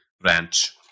branch